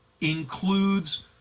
includes